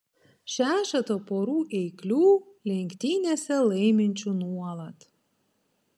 šešetą porų eiklių lenktynėse laiminčių nuolat